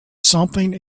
something